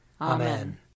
Amen